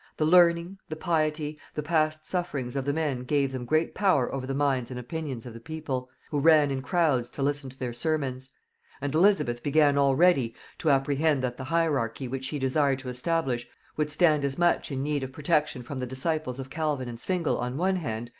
the learning, the piety, the past sufferings of the men gave them great power over the minds and opinions of the people, who ran in crowds to listen to their sermons and elizabeth began already to apprehend that the hierarchy which she desired to establish would stand as much in need of protection from the disciples of calvin and zwingle on one hand,